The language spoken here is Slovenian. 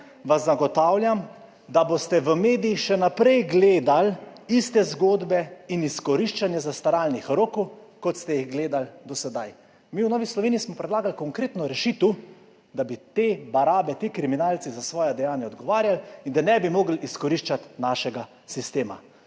vam zagotavljam, da boste v medijih še naprej gledali iste zgodbe in izkoriščanje zastaralnih rokov, kot ste jih gledali do sedaj. Mi v Novi Sloveniji smo predlagali konkretno rešitev, da bi te barabe, ti kriminalci za svoja dejanja odgovarjali in da ne bi mogli izkoriščati našega sistema.